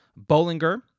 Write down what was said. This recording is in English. Bollinger